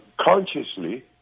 consciously